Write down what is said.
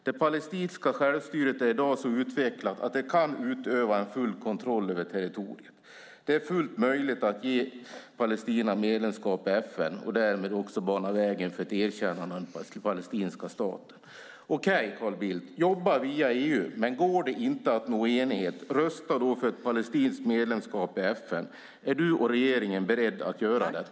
Det palestinska självstyret är i dag så utvecklat att det kan utöva en full kontroll över territoriet. Det är fullt möjligt att ge Palestina medlemskap i FN och därmed också bana vägen för ett erkännande av den palestinska staten. Okej, Carl Bildt, jobba via EU! Men går det inte att nå enighet, rösta då för ett palestinskt medlemskap. Är du och regeringen beredd att göra detta?